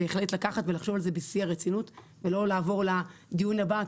בהחלט לקחת ולחשוב על זה בשיא הרצינות ולא לעבור לדיון הבא,